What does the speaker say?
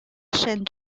chaîne